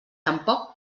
tampoc